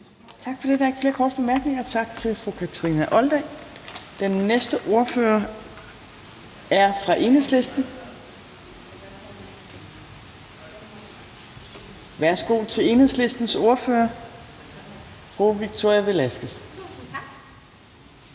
Tak for det. Der er ikke flere korte bemærkninger. Tak til fru Kathrine Olldag. Den næste ordfører er fra Enhedslisten. Værsgo til Enhedslistens ordfører, fru Victoria Velasquez. Kl.